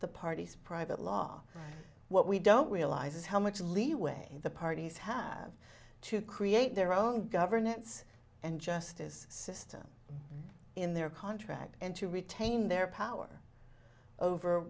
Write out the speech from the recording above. the parties private law what we don't realize is how much leeway the parties have to create their own governance and justice system in their contract and to retain their power over